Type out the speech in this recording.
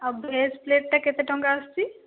ଆଉ ଭେଜ୍ ପ୍ଲେଟ୍ଟା କେତେ ଟଙ୍କା ଆସୁଛି